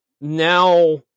now